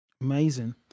Amazing